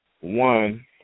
one